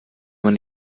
man